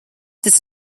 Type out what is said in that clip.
this